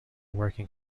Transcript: working